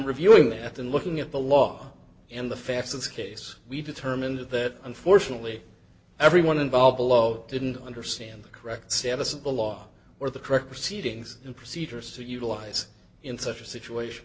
reviewing that and looking at the law and the facts of the case we determined that unfortunately everyone involved below didn't understand the correct status of the law or the correct proceedings and procedures to utilize in such a situation